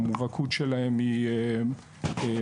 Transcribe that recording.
המובהקות שלהם היא מוחלטת,